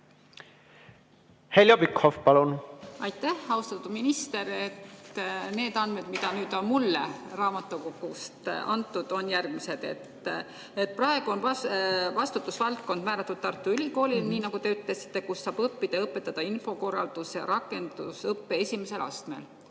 Heljo Pikhof, palun! Aitäh! Austatud minister! Need andmed, mis mulle raamatukogust on antud, on järgmised. Praegu on vastutusvaldkond määratud Tartu Ülikoolile, nii nagu te ütlesite, kus saab õppida ja õpetada infokorralduse rakendusõppe esimesel astmel,